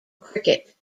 cricket